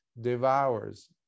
devours